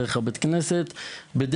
דרך בית הכנסת וכולי.